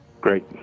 great